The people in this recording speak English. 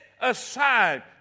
aside